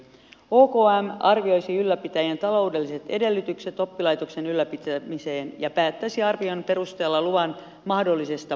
okm arvioisi ylläpitäjän taloudelliset edellytykset oppilaitoksen ylläpitämiseen ja päättäisi arvion perusteella luvan mahdollisesta peruuttamisesta